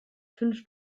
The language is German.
fünf